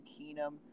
Keenum